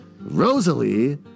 Rosalie